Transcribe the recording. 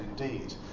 indeed